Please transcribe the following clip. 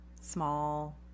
small